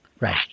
Right